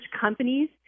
companies